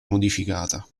modificata